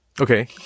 Okay